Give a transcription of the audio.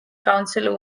council